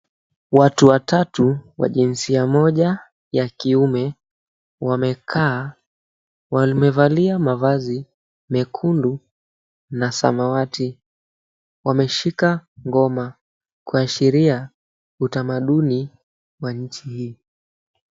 Watu watatu wa jinsia moja ya kiume wamekaa. Wamevalia mavazi mekundu na samawati. Wameshika ngoma kuashiria utamaduni wa nchi hii.